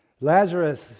Lazarus